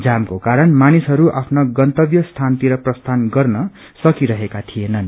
जामको कारण मानिसहरू आफ्ना गन्तव्य स्थानतिर प्रस्थान गर्न सकिरहेका थिएनन्